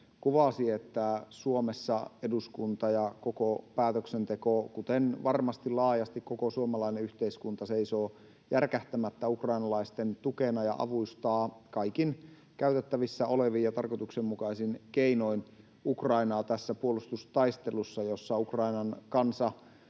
kuvasi, että Suomessa eduskunta ja koko päätöksenteko, kuten varmasti laajasti koko suomalainen yhteiskunta, seisovat järkähtämättä ukrainalaisten tukena ja avustavat kaikin käytettävissä olevin ja tarkoituksenmukaisin keinoin Ukrainaa tässä puolustustaistelussa, jossa Ukrainan kansa